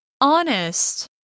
Honest